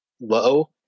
low